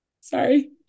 sorry